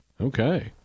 Okay